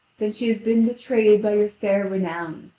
then she has been betrayed by your fair renown,